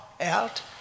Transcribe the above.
out